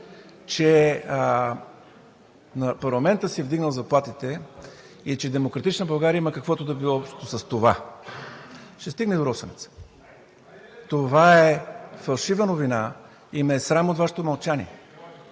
че парламентът си е вдигнал заплатите и че „Демократична България“ има каквото и да било общо с това. (Реплики.) Ще стигнем и до „Росенец“! Това е фалшива новина и ме е срам от Вашето мълчание,